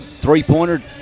three-pointer